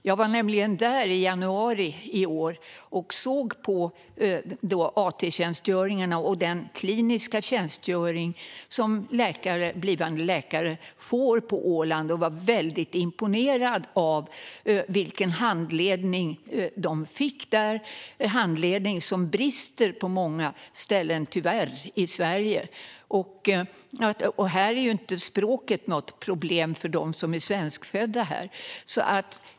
Jag var nämligen där i januari i år och såg på AT-tjänstgöringen och den kliniska tjänstgöringen för blivande läkare på Åland och var väldigt imponerad av den handledning de fick där. Handledningen brister, tyvärr, på många ställen i Sverige. På Åland är inte heller språket något problem för dem som är svenskfödda.